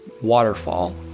waterfall